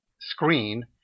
screen